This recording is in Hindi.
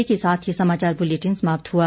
इसी के साथ ये समाचार बुलेटिन समाप्त हुआ